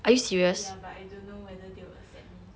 ya but I don't know whether they will accept me